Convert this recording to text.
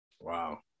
Wow